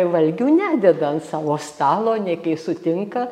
valgių nededa ant savo stalo nei kai sutinka